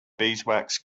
beeswax